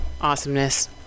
awesomeness